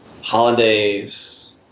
holidays